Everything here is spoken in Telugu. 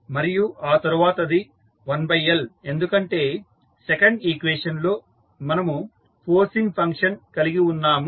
మరియు ఆ తరువాతది 1L ఎందుకంటే సెకండ్ ఈక్వేషన్ లో మనము ఫోర్సింగ్ ఫంక్షన్ కలిగి ఉన్నాము